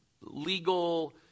legal